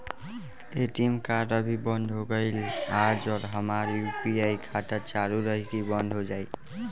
ATM card अभी बंद हो गईल आज और हमार यू.पी.आई खाता चालू रही की बन्द हो जाई?